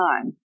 time